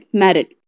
married